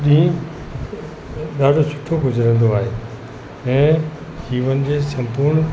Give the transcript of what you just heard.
ॾींहुं ॾाढो सुठो गुज़रंदो आहे ऐं जीवन जे संपूर्ण